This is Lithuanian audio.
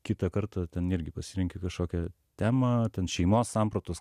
kitą kartą ten irgi pasirenki kažkokią temą ten šeimos sampratos